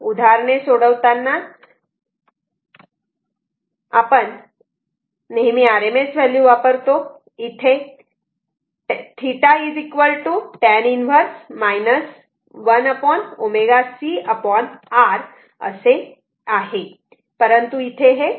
उदाहरणे सोडवताना आपण नेहमी RMS व्हॅल्यू वापरतो आणि इथे θ tan 1 1 ω c R आहे परंतु इथे हे मायनस साइन आहे